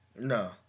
No